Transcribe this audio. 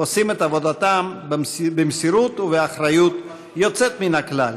עושים את עבודתם במסירות ובאחריות יוצאת מן הכלל.